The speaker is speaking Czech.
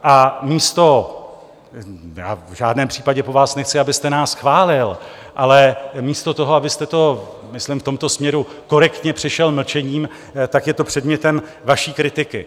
A místo v žádném případě po vás nechci, abyste nás chválil ale místo toho, abyste to myslím v tomto směru korektně přešel mlčením, tak je to předmětem vaší kritiky.